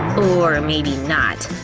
or maybe not.